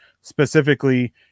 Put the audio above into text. specifically